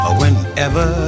whenever